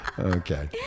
Okay